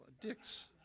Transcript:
Dick's